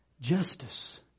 Justice